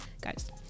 guys